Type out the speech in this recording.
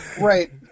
right